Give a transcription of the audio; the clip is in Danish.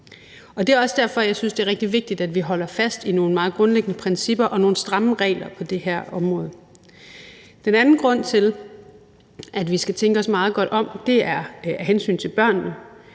Og det er også derfor, jeg synes, det er rigtig vigtigt, at vi holder fast i nogle meget grundlæggende principper og nogle stramme regler på det her område. En anden grund til, at vi skal tænke os meget godt om, er af hensyn til børnene.